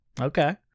Okay